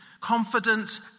confident